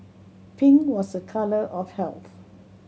pink was a colour of health